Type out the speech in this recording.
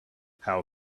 how